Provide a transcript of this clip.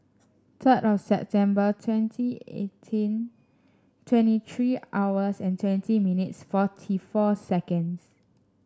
third of September twenty eighteen twenty three hours and twenty minutes forty four seconds